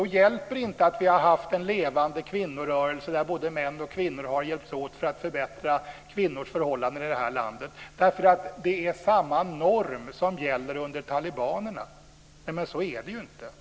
Då hjälper det inte att vi har haft en levande kvinnorörelse där både män och kvinnor har hjälpts åt för att förbättra kvinnors förhållanden i det här landet, därför att det är samma norm som gäller under talibanerna. Men så är det ju inte.